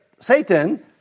Satan